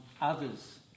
others